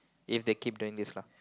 if they keep doing this lah